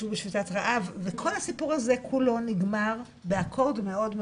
ישבו בשביתת רעב וכל הסיפור הזה כולו נגמר באקורד מאוד,